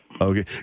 Okay